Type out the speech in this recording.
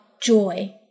joy